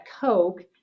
Coke